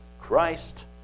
Christ